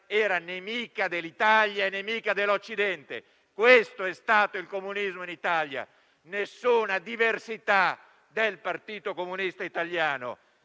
era nemica dell'Italia e dell'Occidente. Questo è stato il comunismo in Italia: nessuna diversità del Partito Comunista Italiano,